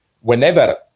whenever